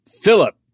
Philip